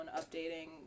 updating